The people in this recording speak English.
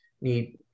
need